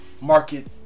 market